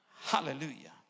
Hallelujah